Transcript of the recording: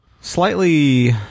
slightly